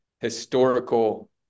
historical